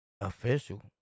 Official